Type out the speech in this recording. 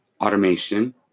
automation